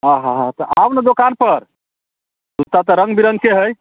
हँ हँ हँ तऽ आउ ने दोकान पर जूता तऽ रङ्ग विरङ्गके हइ